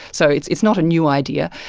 so it's it's not a new idea.